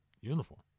uniform